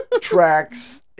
tracks